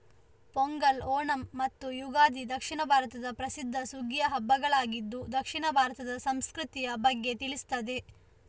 ಪೊಂಗಲ್, ಓಣಂ ಮತ್ತು ಯುಗಾದಿ ದಕ್ಷಿಣ ಭಾರತದ ಪ್ರಸಿದ್ಧ ಸುಗ್ಗಿಯ ಹಬ್ಬಗಳಾಗಿದ್ದು ದಕ್ಷಿಣ ಭಾರತದ ಸಂಸ್ಕೃತಿಯ ಬಗ್ಗೆ ತಿಳಿಸ್ತದೆ